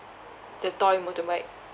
the toy motorbike